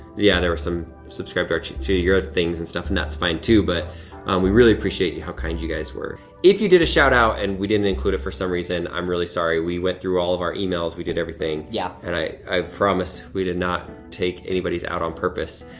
yeah, there were some subscribe to our, to your ah things and stuff and that's fine too, but we really appreciate you how kind you guys were. if you did a shout-out and we didn't include it for some reason, i'm really sorry. we went through all of our emails we did everything. yeah. and i i promise we did not take anybody's out on purpose.